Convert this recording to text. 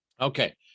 Okay